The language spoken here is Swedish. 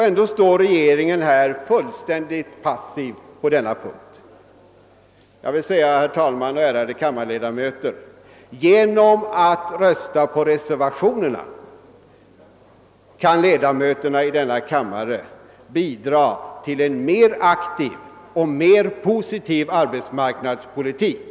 Ändå är regeringen fullständigt passiv på denna punkt. Jag vill säga, herr talman och ärade kammarledamöter, att ledamöterna i denna kammare genom att rösta på reservationerna kan bidra till en mer aktiv och mer positiv arbetsmarknadspolitik.